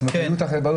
כן.